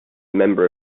member